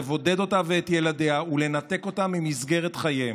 לבודד אותה ואת ילדיה ולנתק אותם ממסגרת חייהם.